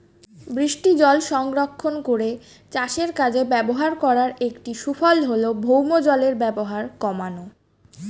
বৃষ্টিজল সংরক্ষণ করে চাষের কাজে ব্যবহার করার একটি সুফল হল ভৌমজলের ব্যবহার কমানো